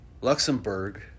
Luxembourg